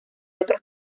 otros